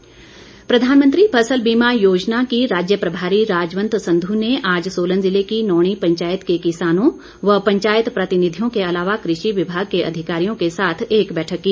बीमा योजना प्रधानमंत्री फसल बीमा योजना की राज्य प्रभारी राजवंत संधू ने आज सोलन जिले की नौणी पंचायत के किसानों व पंचायत प्रतिनिधियों के अलावा कृषि विभाग के अधिकारियों के साथ एक बैठक की